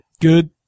Good